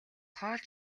хоол